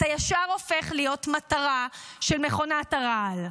אתה ישר הופך להיות מטרה של מכונת הרעל.